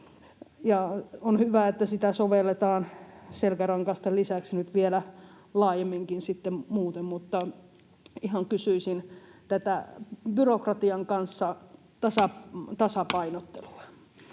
On hyvä, että sitä sovelletaan selkärankaisten lisäksi nyt vielä laajemminkin sitten muuten. Mutta ihan kysyisin tästä byrokratian kanssa tasapainottelusta.